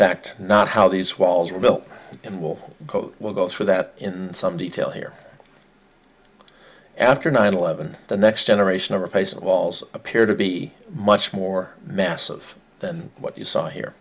fact not how these walls were built and will will go through that in some detail here after nine eleven the next generation of replacement walls appear to be much more massive than what you saw here